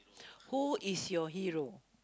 who is your hero